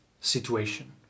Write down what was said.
situation